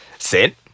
Sit